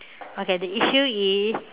okay the issue is